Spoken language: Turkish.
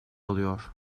alıyor